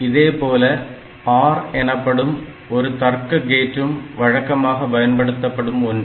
இதேபோல OR எனப்படும் ஒரு தர்க்க கேட்டும் வழக்கமாக பயன்படுத்தப்படும் ஒன்று